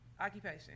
occupation